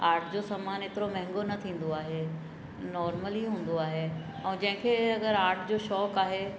art जो सामान एतिरो महांगो न थींदो आहे नॉर्मल ई हूंदो आहे ऐं जंहिंखे अगरि आर्ट जो शौक़ु आहे